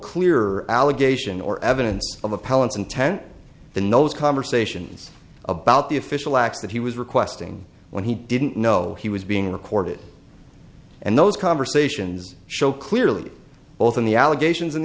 clear allegation or evidence of appellants intent the nose conversations about the official acts that he was requesting when he didn't know he was being recorded and those conversations show clearly both in the allegations